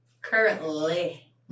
Currently